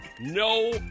No